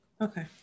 okay